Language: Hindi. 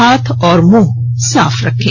हाथ और मुंह साफ रखें